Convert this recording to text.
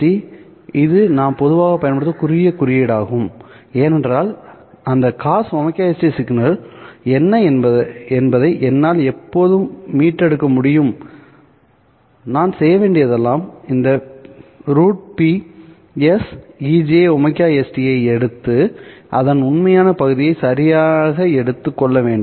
ωst இது நாம் பொதுவாகப் பயன்படுத்தும் குறுகிய குறியீடாகும் ஏனென்றால் அந்த cos ωst சிக்னல் என்ன என்பதை என்னால் எப்போதும் மீட்டெடுக்க முடியும் நான் செய்ய வேண்டியதெல்லாம் இந்த √PSejωst ஐ எடுத்து அதன் உண்மையான பகுதியை சரியாக எடுத்துக் கொள்ள வேண்டும்